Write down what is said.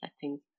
settings